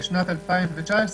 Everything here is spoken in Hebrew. בשנת 2019,